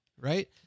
right